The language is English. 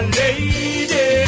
lady